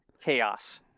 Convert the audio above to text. chaos